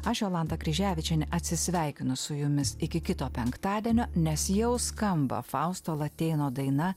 aš jolanta kryževičienė atsisveikinu su jumis iki kito penktadienio nes jau skamba fausto latėno daina